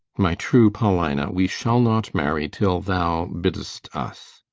my true paulina, we shall not marry till thou bidd'st us.